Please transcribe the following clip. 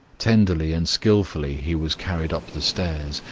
tenderly and skillfully he was carried up the stairs,